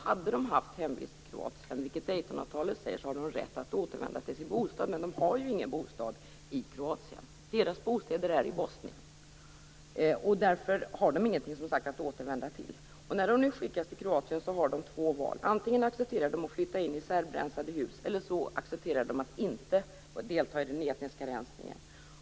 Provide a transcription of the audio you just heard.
Hade de haft hemvist i Kroatien, vilket Daytonavtalet säger att de har, hade de haft rätt att återvända till sin bostad. Men de har ju ingen bostad i Kroatien - deras bostäder finns i Bosnien. Därför har de som sagt ingenting att återvända till. När de nu skickas till Kroatien har de två val. Antingen accepterar de att flytta in i serbrensade hus eller så väljer de att inte delta i den etniska rensningen.